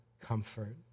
comfort